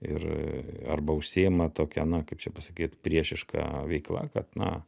ir arba užsiima tokia na kaip čia pasakyt priešiška veikla kad na